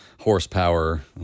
horsepower